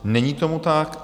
Není tomu tak.